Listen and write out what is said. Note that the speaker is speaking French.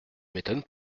m’étonne